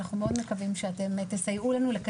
אסור שאנחנו נסכים שיהיה ילד אחד